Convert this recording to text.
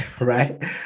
Right